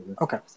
Okay